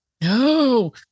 no